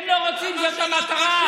הם לא רוצים שהיא בכלל תהיה.